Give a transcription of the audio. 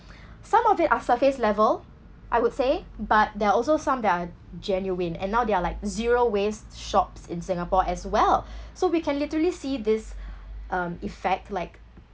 some of it are surface level I would say but there are also some that are genuine and now they are like zero waste shops in Singapore as well so we can literally see this um effect like